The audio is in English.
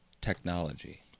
technology